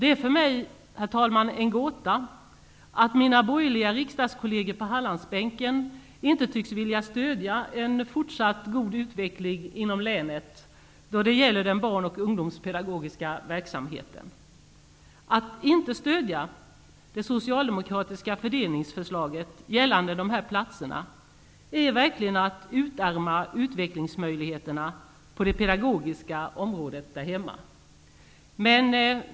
Det är för mig en gåta att mina borgerliga riksdagskolleger på Hallandsbänken ej tycks vilja stödja en fortsatt god utveckling inom länet då det gäller den barn och ungdomspedagogiska verksamheten. Att inte stödja det socialdemokratiska fördelningsförslaget gällande platserna är verkligen att utarma utvecklingsmöjligheterna på det pedagogiska området där hemma.